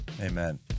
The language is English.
Amen